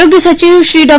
આરોગ્ય સચિવ શ્રી ડૉ